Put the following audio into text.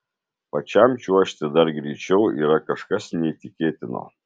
pačiam čiuožti dar greičiau yra kažkas neįtikėtino